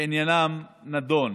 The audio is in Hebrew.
שעניינם נדון